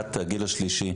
מים קרים,